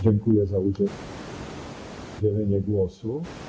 Dziękuję za udzielenie głosu.